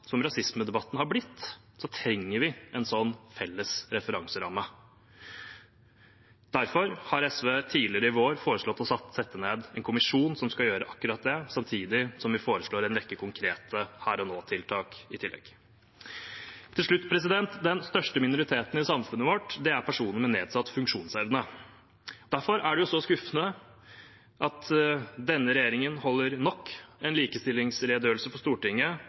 som rasismedebatten har blitt, trenger vi en slik felles referanseramme. Derfor har SV tidligere i vår foreslått å sette ned en kommisjon som skal gjøre akkurat det, samtidig som vi foreslår en rekke konkrete her-og-nå-tiltak i tillegg. Til slutt: Den største minoriteten i samfunnet vårt er personer med nedsatt funksjonsevne. Derfor er det så skuffende at denne regjeringen holder nok en likestillingsredegjørelse for Stortinget